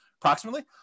Approximately